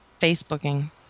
Facebooking